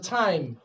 time